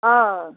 हँ